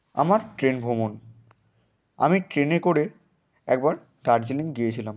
আমার ট্রেন ভ্রমণ আমি ট্রেনে করে একবার দার্জিলিং গিয়েছিলাম